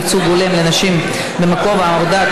ייצוג הולם לנשים במקום העבודה),